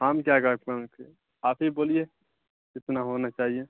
ہم کیا کہیں گے آپ ہی بولیے کتنا ہونا چاہیے